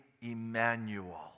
Emmanuel